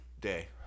Day